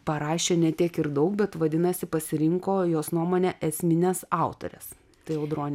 parašė ne tiek ir daug bet vadinasi pasirinko jos nuomone esmines autores tai audrone